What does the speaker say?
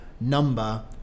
number